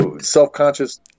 self-conscious